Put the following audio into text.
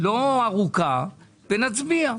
לא ארוכה, ונצביע.